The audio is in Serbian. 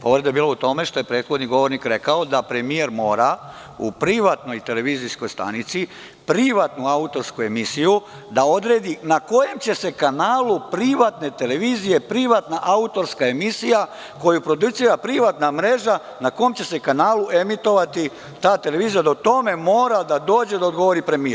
Povreda je bila u tome što je prethodni govornik rekao da premijer mora u privatnoj televizijskoj stanici privatnu autorsku emisiju da odredi na kojem će se kanalu privatne televizije privatna autorska emisija, koju producira privatna mreža, emitovati i da mora da dođe i da odgovori premijer.